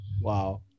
Wow